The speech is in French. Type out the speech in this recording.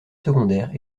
secondaires